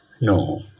No